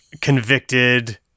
convicted